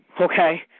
okay